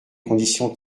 conditions